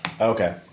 Okay